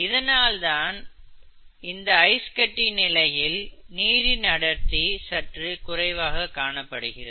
இதனால்தான் இந்த ஐஸ் கட்டி நிலையில் நீரின் அடர்த்தி சற்று குறைவாக காணப்படுகிறது